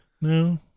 No